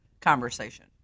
conversation